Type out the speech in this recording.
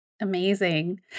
Amazing